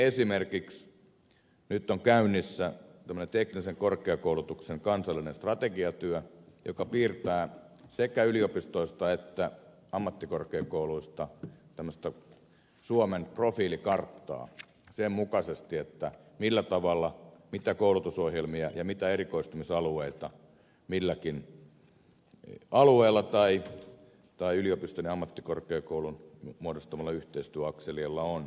esimerkiksi nyt on käynnissä tämmöinen teknisen korkeakoulutuksen kansallinen strategiatyö joka piirtää sekä yliopistoista että ammattikorkeakouluista tämmöistä suomen profiilikarttaa sen mukaisesti mitä koulutusohjelmia ja mitä erikoistumisalueita milläkin alueella tai yliopiston ja ammattikorkeakoulun muodostamalla yhteistyöakselilla on